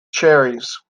cherries